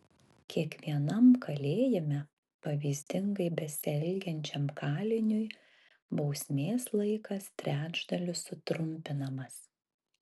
kiekvienam kalėjime pavyzdingai besielgiančiam kaliniui bausmės laikas trečdaliu sutrumpinamas